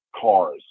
cars